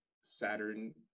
Saturn